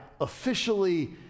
officially